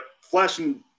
flashing